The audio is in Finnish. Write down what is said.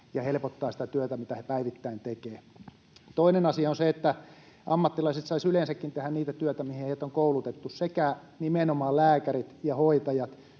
ja helpottavat sitä työtä, mitä he päivittäin tekevät. Toinen asia on se, että ammattilaiset saisivat yleensäkin tehdä niitä töitä, mihin heidät on koulutettu, sekä nimenomaan lääkärit että hoitajat.